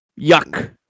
Yuck